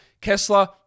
Kessler